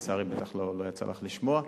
לצערי בטח לא יצא לך לשמוע,